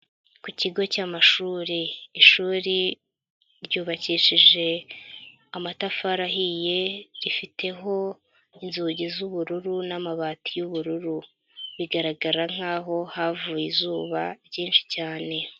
Ku kigo cy'amashuri, ishuri ryubakishije amatafari ahiye rifiteho inzugi z'ubururu n'amabati y'ubururu. Bigaragara nkaho havuye izuba ryinshi cyane.